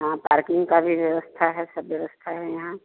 हाँ पार्किंग का भी व्यवस्था है सब व्यवस्था है यहाँ